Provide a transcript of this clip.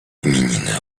imieniny